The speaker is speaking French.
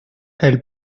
elle